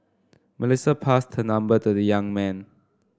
Melissa passed her number to the young man